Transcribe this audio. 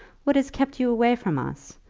what has kept you away from us?